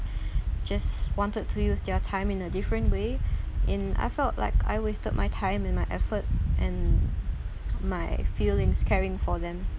just wanted to use their time in a different way in I felt like I wasted my time and my effort and my feelings caring for them